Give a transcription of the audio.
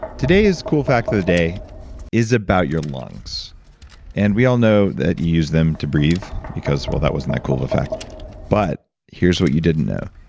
today's cool fact of the day is about your lungs and we all know that you use them to breathe because, well that wasn't a cool fact but here's what you didn't know.